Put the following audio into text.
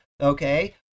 okay